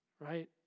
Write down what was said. Right